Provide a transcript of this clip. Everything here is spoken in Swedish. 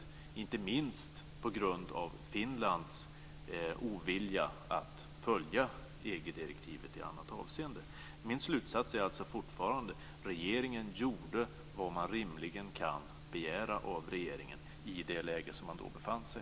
Detta gällde inte minst på grund av Finlands ovilja att följa EG Min slutsats är fortfarande: Regeringen gjorde vad man rimligen kan begära av regeringen i det läge som man då befann sig.